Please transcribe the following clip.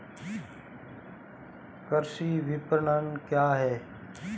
कृषि विपणन क्या है?